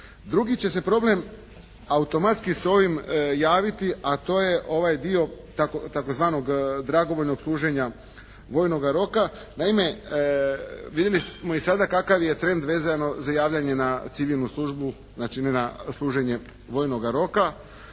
Drugi će se problem automatski s ovim javiti a to je ovaj dio tzv. dragovoljnog služenja vojnoga roka. Naime vidjeli smo i sada kakav je trend vezano za javljanje na civilnu službu, znači na služenje vojnoga roka.